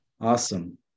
awesome